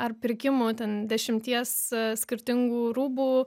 ar pirkimų ten dešimties skirtingų rūbų